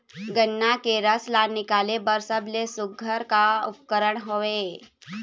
गन्ना के रस ला निकाले बर सबले सुघ्घर का उपकरण हवए?